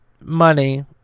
money